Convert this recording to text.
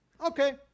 okay